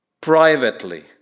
privately